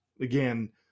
Again